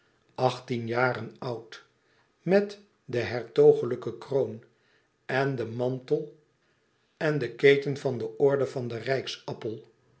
achttien jaren oud met de hertogelijke kroon en den mantel en den keten van de orde van den